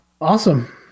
Awesome